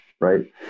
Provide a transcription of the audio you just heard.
right